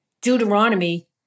Deuteronomy